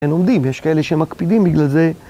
הם עומדים, יש כאלה שמקפידים בגלל זה.